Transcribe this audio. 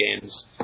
games